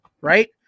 right